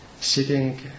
sitting